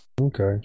okay